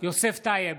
יוסף טייב,